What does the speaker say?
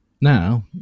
now